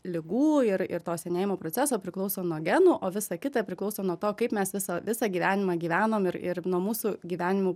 ligų ir ir to senėjimo proceso priklauso nuo genų o visa kita priklauso nuo to kaip mes visą visą gyvenimą gyvenom ir ir nuo mūsų gyvenimų